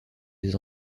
des